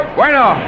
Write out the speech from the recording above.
Bueno